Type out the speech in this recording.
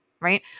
right